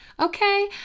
Okay